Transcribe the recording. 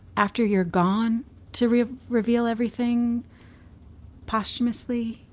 after you're gone to reveal reveal everything posthumously.